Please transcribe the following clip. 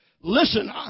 Listen